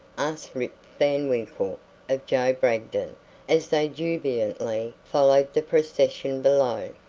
asked rip van winkle of joe bragdon as they jubilantly followed the procession below.